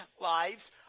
lives